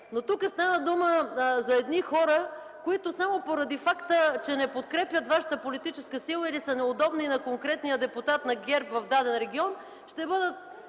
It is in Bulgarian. Но тук става дума за едни хора, които само поради факта, че не подкрепят Вашата политическа сила или са неудобни на конкретния депутат на ГЕРБ в даден регион ще бъдат